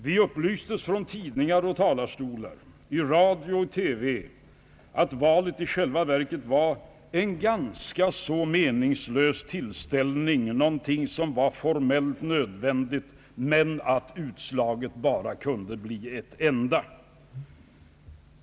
Vi upplystes i tidningar och från talarstolar, i radio och TV, att valet i själva verket var en ganska så meningslös tillställning, någonting som var formellt nödvändigt, men att utslaget bara kunde bli ett enda.